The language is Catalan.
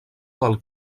del